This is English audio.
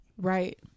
Right